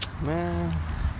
Man